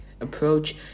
Approach